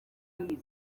buri